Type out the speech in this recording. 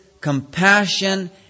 compassion